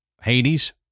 hades